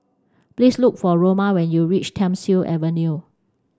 please look for Roma when you reach Thiam Siew Avenue